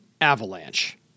avalanche